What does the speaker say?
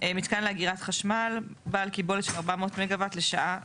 "מתקן לאגירת חשמל בעל קיבולת של 400 מגה-וואט לשעה לפחות.".